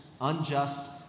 unjust